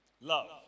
love